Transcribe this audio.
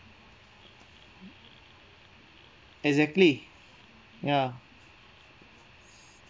exactly ya